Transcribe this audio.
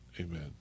amen